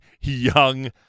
young